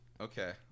Okay